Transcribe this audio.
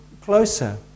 closer